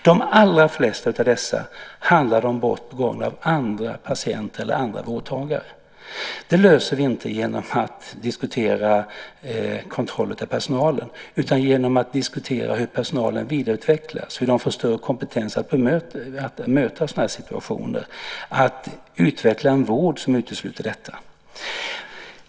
De allra flesta av dessa handlade om brott begångna av andra patienter eller andra vårdtagare. Detta löser vi inte genom att diskutera kontroll av personalen utan genom att diskutera hur personalen vidareutvecklas och får större kompetens att möta sådana här situationer samt utveckla en vård som utesluter sådana här företeelser.